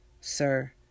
sir